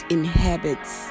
inhabits